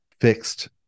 fixed